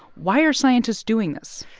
why are scientists doing this?